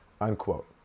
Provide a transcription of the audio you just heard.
unquote